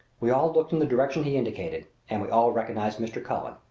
we all looked in the direction he indicated, and we all recognized mr. cullen,